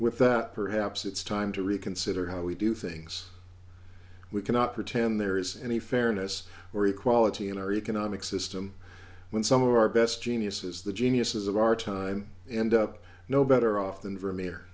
with that perhaps it's time to reconsider how we do things we cannot pretend there is any fairness or equality in our economic system when some of our best geniuses the geniuses of our time end up no better off than vermeer